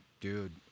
dude